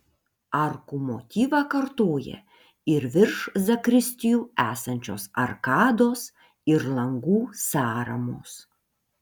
arkų motyvą kartoja ir virš zakristijų esančios arkados ir langų sąramos